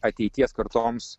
ateities kartoms